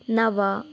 नव